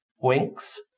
winks